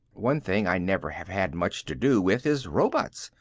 one thing i never have had much to do with is robots,